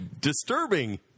disturbing